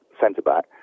centre-back